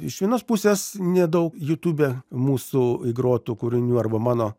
iš vienos pusės nedaug jutube mūsų įgrotų kūrinių arba mano